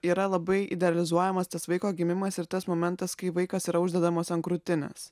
yra labai idealizuojamas tas vaiko gimimas ir tas momentas kai vaikas yra uždedamas ant krūtinės